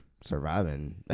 surviving